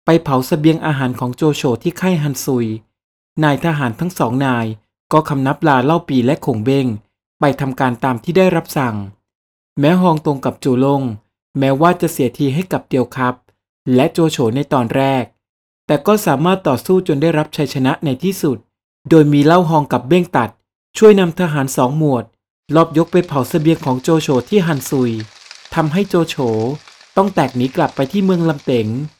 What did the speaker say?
ไปเผาเสบียงอาหารของโจโฉที่ค่ายฮันซุย นายทหารทั้งสองนายก็คำนับลาเล่าปี่และขงเบ้งไปทำการตามที่ได้รับสั่ง แม้ฮองตรงกับจูลงแม้ว่าจะเสียทีให้กับเตียวครับและโจโฉในตอนแรก แต่ก็สามารถต่อสู้จนได้รับชัยชนะในที่สุด โดยมีเล่าฮองกับเบ้งตัดช่วยนำทหารสองหมวดลอบยกไปเผาเสบียงของโจโฉที่ฮันซุย ทำให้โจโฉต้องแตกหนีกลับไปที่เมืองลำเต็ง